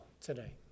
today